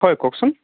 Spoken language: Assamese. হয় কওঁকচোন